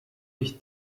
ich